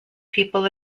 people